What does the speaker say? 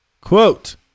Quote